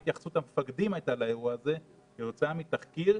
התייחסות המפקדים לאירוע הזה לאחר תחקיר,